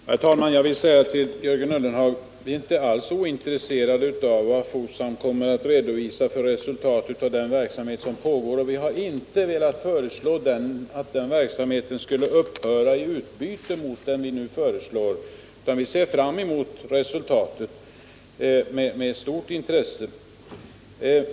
Herr talman! Jag vill säga till Jörgen Ullenhag att vi inte alls är ointresserade av vilket resultat Fosam kommer att redovisa av den verksamhet som pågår. Vi har inte velat föreslå att den verksamheten skulle upphöra i utbyte mot den som vi nu föreslår, utan vi ser fram mot resultatet med stort intresse.